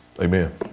Amen